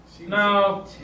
No